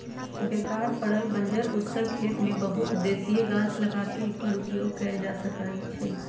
बेकार पड़ल बंजर उस्सर खेत में बहु उद्देशीय गाछ लगा क एकर उपयोग कएल जा सकै छइ